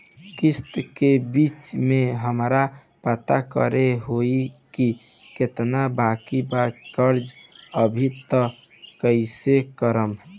किश्त के बीच मे हमरा पता करे होई की केतना बाकी बा कर्जा अभी त कइसे करम?